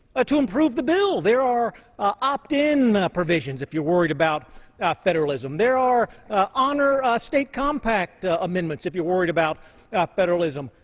ah to improve the bill. there are opt-in provisions, if you're worried about federalism. there are honor state compact amendments if you're worried about federalism.